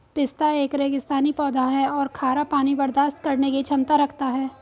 पिस्ता एक रेगिस्तानी पौधा है और खारा पानी बर्दाश्त करने की क्षमता रखता है